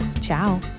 Ciao